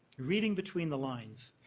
reading between the lines,